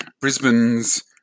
Brisbane's